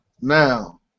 Now